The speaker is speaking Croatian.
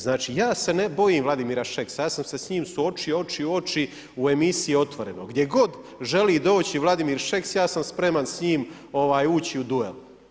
Znači ja se ne bojim Vladimira Šeksa, ja sam se s njim suočio oči u oči u emisiji Otvoreno, gdje god želi doći Vladimir Šeks ja sam spreman s njim ući u duel.